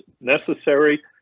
necessary